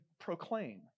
proclaim